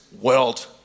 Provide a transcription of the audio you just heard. world